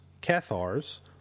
Cathars